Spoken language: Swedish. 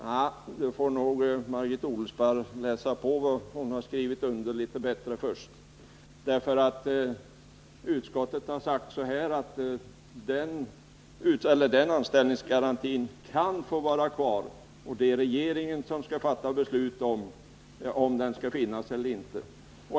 Men då får nog Margit Odelsparr läsa på litet bättre vad hon skrivit under. Utskottet har sagt att anställningsgarantin kan få vara kvar, men det är regeringen som fattar besluten om den skall finnas eller inte.